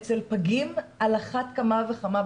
אצל פגים על אחת כמה וכמה,